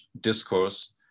discourse